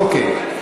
אוקיי.